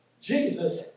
Jesus